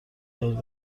باید